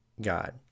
god